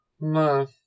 No